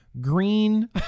green